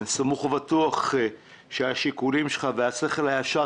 אני סמוך ובטוח שהשיקולים שלך והשכל הישר,